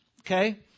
Okay